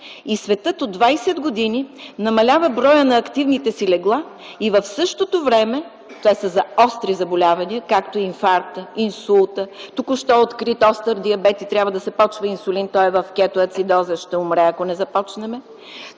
Светът от 20 години намалява броя на активните си легла и в същото време те са за остри заболявания като инфаркта, като инсулта, току-що открит остър диабет и трябва да се започне инсулин. Той е в кетоацидоза – ще умре, ако не започнем.